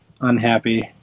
unhappy